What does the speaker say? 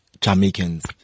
jamaicans